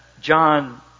John